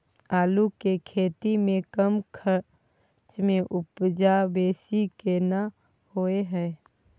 आलू के खेती में कम खर्च में उपजा बेसी केना होय है?